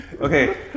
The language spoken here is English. Okay